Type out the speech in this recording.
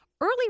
Early